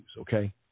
okay